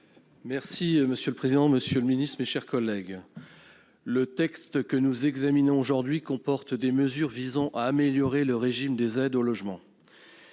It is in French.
Monsieur le président, monsieur le ministre, mes chers collègues, le texte que nous examinons aujourd'hui comporte des mesures visant à améliorer le régime des aides au logement.